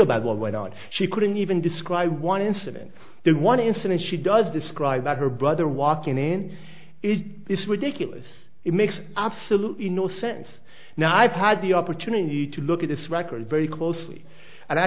about what went on she couldn't even describe one incident in one incident she does describe that her brother walk in and it is ridiculous it makes absolutely no sense now i've had the opportunity to look at this record very closely and i